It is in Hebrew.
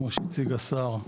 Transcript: כמו שהציג השר,